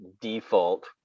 default